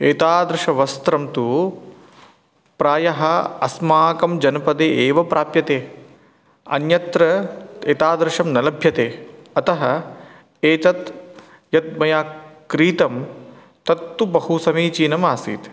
एतादृशं वस्त्रं तु प्रायः अस्माकं जनपदे एव प्राप्यते अन्यत्र एतादृशं न लभ्यते अतः एतत् यत् मया क्रीतं तत्तु बहु समीचीनमासीत्